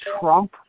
Trump